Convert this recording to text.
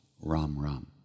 ram-ram